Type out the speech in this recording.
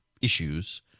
issues